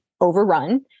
overrun